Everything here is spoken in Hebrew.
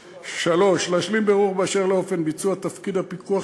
3. להשלים בירור באשר לאופן ביצוע תפקיד הפיקוח